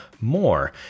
more